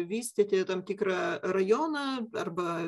vystyti tam tikrą rajoną arba